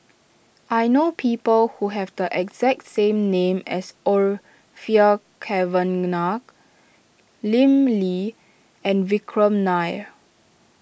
I know people who have the exact same name as Orfeur Cavenagh Lim Lee and Vikram Nair